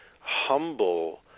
humble